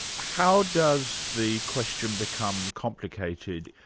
how does the question become complicated,